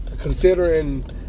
considering